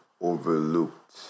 overlooked